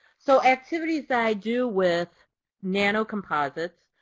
so activities i do with nanocomposites.